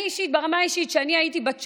ברמה האישית, כשאני הייתי בת שלוש,